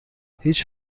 هیچ